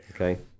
Okay